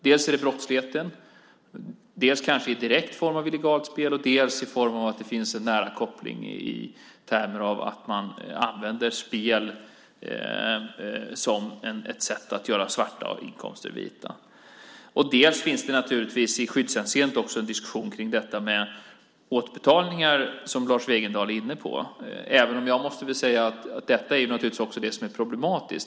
Dels handlar det som brottsligheten, dels kanske direkt i form av illegalt spel, dels i form av att det finns en nära koppling i termer av att man använder spel som ett sätt att göra svarta inkomster vita. Det finns också i skyddshänseende en diskussion om detta med återbetalningar, som Lars Wegendal är inne på. Detta är också det som är problematiskt.